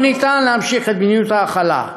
לא ניתן להמשיך את מדיניות ההכלה,